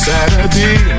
Saturday